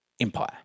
empire